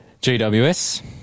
GWS